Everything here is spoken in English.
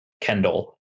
Kendall